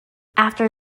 after